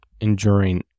enduring